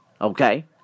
okay